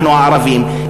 אנחנו הערבים,